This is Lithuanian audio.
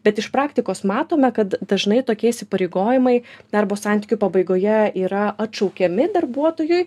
bet iš praktikos matome kad dažnai tokie įsipareigojimai darbo santykių pabaigoje yra atšaukiami darbuotojui